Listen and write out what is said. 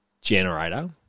generator